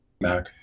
Mac